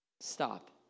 stop